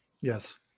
yes